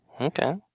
Okay